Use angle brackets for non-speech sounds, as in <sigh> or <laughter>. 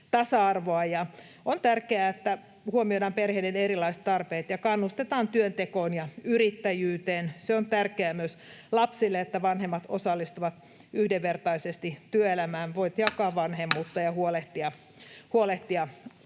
On tärkeää, että huomioidaan perheiden erilaiset tarpeet ja kannustetaan työntekoon ja yrittäjyyteen. Se on tärkeää myös lapsille, että vanhemmat osallistuvat yhdenvertaisesti työelämään <noise> ja voivat jakaa vanhemmuutta ja huolehtia lapsista.